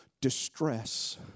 distress